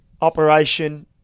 operation